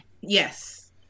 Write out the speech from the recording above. Yes